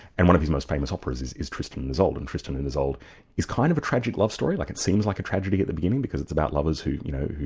and one of his most famous operas is is tristan and isolde, and tristan and isolde is kind of a tragic love story, like it seems like a tragedy at the beginning because it's about lovers who you know,